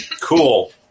Cool